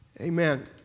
amen